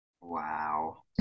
Wow